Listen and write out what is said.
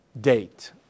date